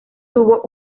tuvo